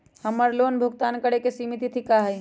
हमर लोन भुगतान करे के सिमित तिथि का हई?